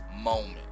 moment